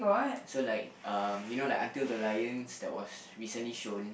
so like um you know Until the Lions that was recently shown